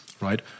right